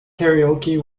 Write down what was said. karaoke